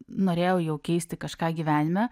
norėjau jau keisti kažką gyvenime